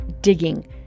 digging